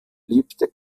lebte